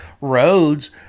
Roads